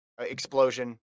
Explosion